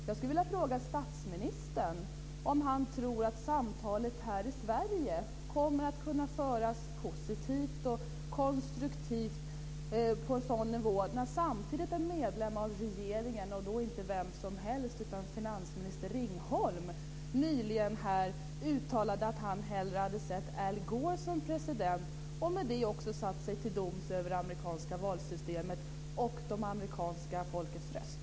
Jag skulle vilja fråga statsministern om han tror att samtalet på en sådan nivå här i Sverige kommer att kunna föras positivt och konstruktivt, när samtidigt en medlem av regeringen - och då inte vem som helst utan finansminister Ringholm - nyligen uttalade att han hellre hade sett Al Gore som president och med det också satt sig till doms över det amerikanska valsystemet och det amerikanska folkets röst.